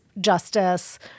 justice